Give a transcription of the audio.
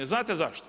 Znate zašto?